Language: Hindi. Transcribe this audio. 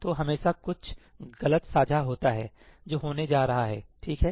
तो हमेशा कुछ गलत साझा होता है जो होने जा रहा है ठीक है